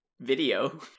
video